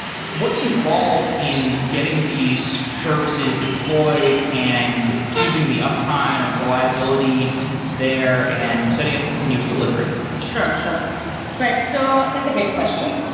what is involved in getting these services deployed and keeping the uptime and reliability there and setting up a continuous delivery? sure. but so that's a great question.